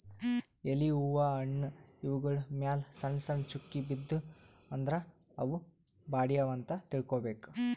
ಎಲಿ ಹೂವಾ ಹಣ್ಣ್ ಇವ್ಗೊಳ್ ಮ್ಯಾಲ್ ಸಣ್ಣ್ ಸಣ್ಣ್ ಚುಕ್ಕಿ ಬಿದ್ದೂ ಅಂದ್ರ ಅವ್ ಬಾಡ್ಯಾವ್ ಅಂತ್ ತಿಳ್ಕೊಬೇಕ್